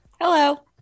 hello